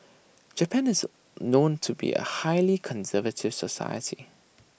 Japan is known to be A highly conservative society